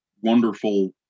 wonderful